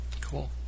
Cool